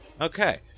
Okay